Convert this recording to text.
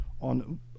on